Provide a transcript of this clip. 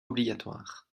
obligatoires